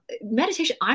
Meditation